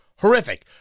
horrific